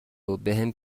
وبهم